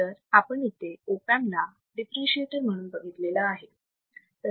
तर आपण इथे ऑप अँप हा डिफरेंशीएटर म्हणून बघितलेला आहे